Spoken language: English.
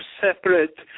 separate